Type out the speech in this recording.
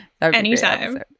Anytime